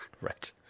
Right